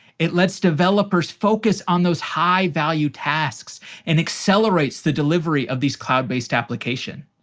it lets developers focus on those high value tasks and accelerates the delivery of these cloud-based application.